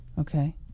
Okay